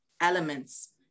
elements